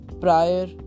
prior